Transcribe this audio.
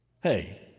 Hey